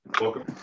Welcome